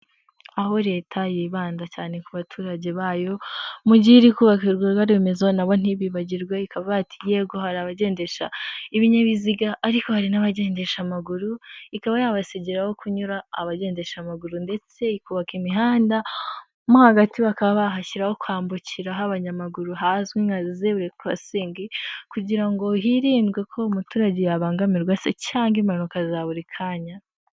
Aho leta yibanda cyane ku baturage bayo mugihe iri kubaka ibikorwa remezo nabo ntibibagirwe, ikavuga ati yego hari abagendesha ibinyabiziga ariko hari n'abagendesha amaguru, ikaba yabasigira aho kunyura abagendesha amaguru ndetse bakubaka imihanda mo hagati bakaba bahashyiraho kwambukiraho abanyamaguru hazwi nka zebura korosingi, kugira ngo hirindwe ko umuturage yabangamirwa se cyangwa impanuka za buri kanya.